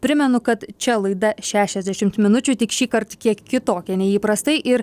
primenu kad čia laida šešiasdešimt minučių tik šįkart kiek kitokia nei įprastai ir